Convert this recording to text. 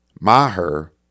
maher